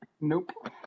Nope